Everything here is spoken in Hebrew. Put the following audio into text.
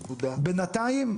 בינתיים,